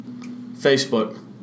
Facebook